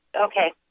Okay